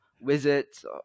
wizards